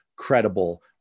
credible